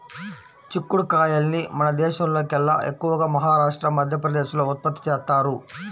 చిక్కుడు కాయల్ని మన దేశంలోకెల్లా ఎక్కువగా మహారాష్ట్ర, మధ్యప్రదేశ్ లో ఉత్పత్తి చేత్తారు